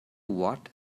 what